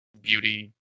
beauty